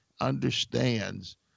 understands